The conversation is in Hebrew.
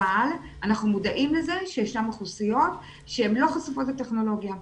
אבל אנחנו מודעים לזה שישנן אוכלוסיות שהן לא חשופות לטכנולוגיה.